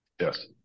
Yes